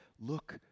Look